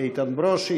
איתן ברושי,